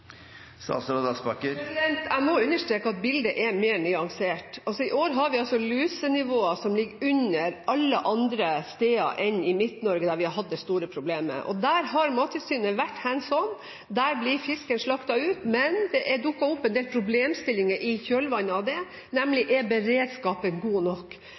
Jeg må understreke at bildet er mer nyansert. I år har vi et lusenivå som ligger under alle andre steder enn i Midt-Norge, der vi har hatt det store problemet. Der har Mattilsynet vært «hands on». Der blir fisken slaktet ut, men det er dukket opp en del problemstillinger i kjølvannet av det, nemlig om beredskapen er god nok.